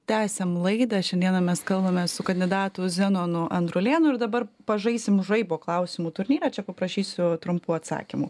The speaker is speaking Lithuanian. tęsiam laidą šiandieną mes kalbame su kandidatu zenonu andrulienu ir dabar pažaisim žaibo klausimų turnyrą čia paprašysiu trumpų atsakymų